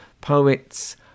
poets